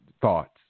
thoughts